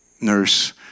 nurse